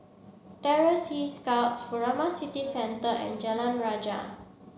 Terror Sea Scouts Furama City Centre and Jalan Rajah